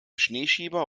schneeschieber